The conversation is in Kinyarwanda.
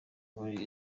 volley